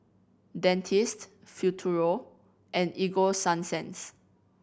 Dentiste Futuro and Ego Sunsense